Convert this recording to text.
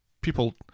People